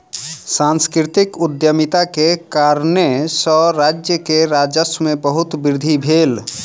सांस्कृतिक उद्यमिता के कारणेँ सॅ राज्य के राजस्व में बहुत वृद्धि भेल